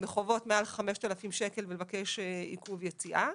מחובות מעל 5,000 שקלים לבקש עיכוב יציאה,